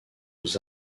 aux